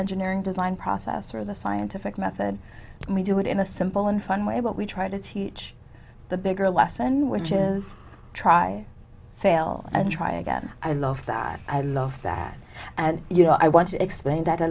engineering design process or the scientific method and we do it in a simple and fun way but we try to teach the bigger lesson which is try fail and try again i love that i love that and you know i want to explain that a